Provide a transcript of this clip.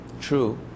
true